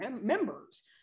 members